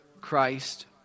Christ